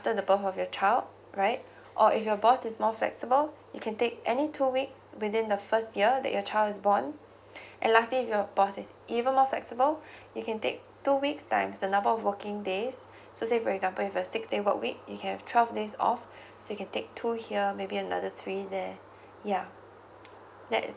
the birth of your child right or if your boss is more flexible you can take any two week within the first year that your child is born and lastly your boss is even more flexible you can take two weeks times the number of working days so say for example if a six day work week you can have twelve days off so you can take two here maybe another three there yeuh that's